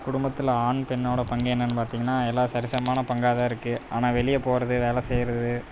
குடும்பத்துல ஆண் பெண்ணோடய பங்கு என்னன்னு பார்த்திங்கன்னா எல்லா சரி சமமான பங்காகதான் இருக்குது ஆனால் வெளியே போகிறது வேலை செய்கிறது